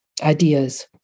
ideas